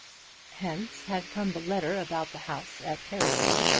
hence had come the letter about the house at perivale,